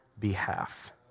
behalf